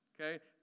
okay